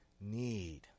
need